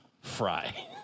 Fry